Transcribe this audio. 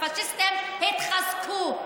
שהפאשיסטים התחזקו.